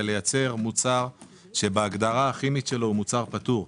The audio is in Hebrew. לייצר מוצר שבהגדרה הכימית שלו הוא מוצר פטור.